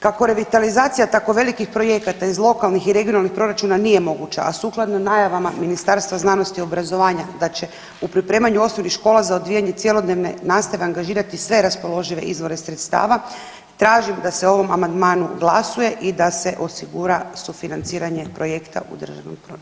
Kako revitalizacija tako velikih projekata iz lokalnih i regionalnih proračuna nije moguća, a sukladno najavama Ministarstva znanosti i obrazovanja da će u pripremanju osnovnih škola za odvijanje cjelodnevne nastave angažirati sve raspoložive izvore sredstava, tražim da se o ovom amandmanu glasuje i da se osigura sufinanciranje projekta u državnom proračunu.